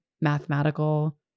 mathematical